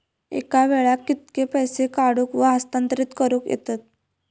एका वेळाक कित्के पैसे काढूक व हस्तांतरित करूक येतत?